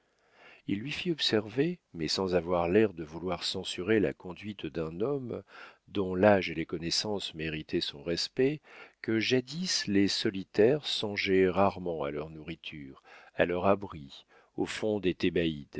il lui fit observer mais sans avoir l'air de vouloir censurer la conduite d'un homme dont l'âge et les connaissances méritaient son respect que jadis les solitaires songeaient rarement à leur nourriture à leur abri au fond des